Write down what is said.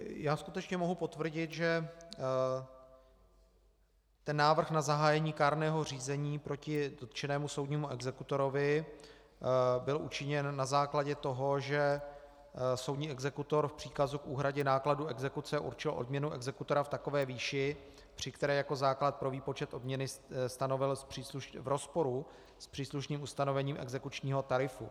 Já skutečně mohu potvrdit, že návrh na zahájení kárného řízení proti dotčenému soudnímu exekutorovi byl učiněn na základě toho, že soudní exekutor v příkazu k úhradě nákladů exekuce určil odměnu exekutora v takové výši, při které jako základ pro výpočet odměny stanovil v rozporu s příslušným ustanovením exekučního tarifu.